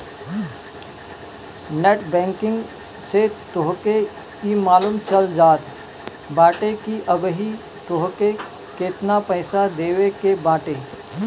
net banking से तोहके इ मालूम चल जात बाटे की अबही तोहके केतना पईसा देवे के बाटे